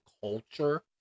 culture